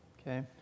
okay